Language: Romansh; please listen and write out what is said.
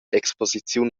exposiziun